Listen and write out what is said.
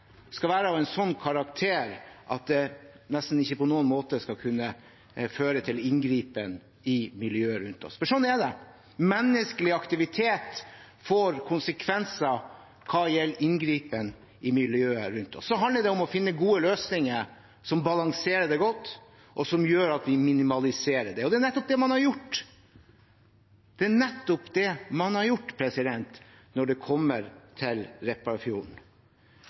skal drive med, skal være av en slik karakter at det på nesten ingen måte skal føre til inngripen i miljøet rundt oss. Slik er det: Menneskelig aktivitet får konsekvenser hva gjelder inngripen i miljøet rundt oss. Så handler det om å finne gode løsninger som balanserer dette godt, og som gjør at vi minimaliserer konsekvensene – og det er nettopp det man har gjort når det gjelder Repparfjorden. Det er